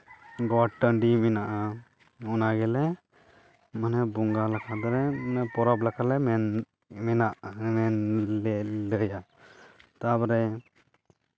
ᱜᱚᱴ ᱴᱟᱺᱰᱤ ᱢᱮᱱᱟᱜᱼᱟ ᱚᱱᱟ ᱜᱮᱞᱮ ᱢᱟᱱᱮ ᱵᱚᱸᱜᱟ ᱞᱟᱦᱟ ᱫᱚᱨᱮ ᱯᱚᱨᱚᱵᱽ ᱞᱮᱠᱟᱞᱮ ᱢᱮᱱᱟᱜᱼᱟ ᱞᱮ ᱞᱟᱹᱭᱼᱟ ᱛᱟᱨᱯᱚᱨᱮ